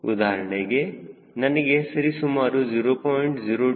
ಉದಾಹರಣೆಗೆ ನನಗೆ ಸರಿ ಸುಮಾರು 0